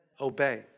obey